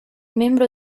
membro